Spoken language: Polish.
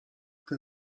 ten